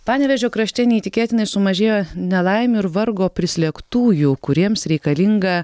panevėžio krašte neįtikėtinai sumažėjo nelaimių ir vargo prislėgtųjų kuriems reikalinga